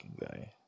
guy